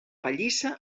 pallissa